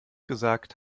gesagt